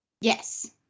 Yes